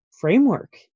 framework